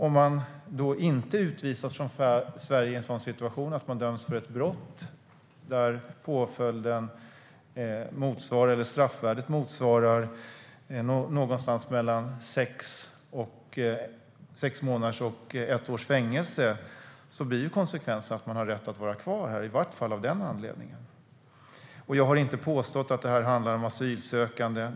Om man inte utvisas från Sverige i en situation där man har dömts för ett brott där straffvärdet motsvarar fängelse i mellan sex månader och ett år blir konsekvensen att man har rätt att vara kvar här, i varje fall av den anledningen. Jag har inte påstått att detta handlar om asylsökande.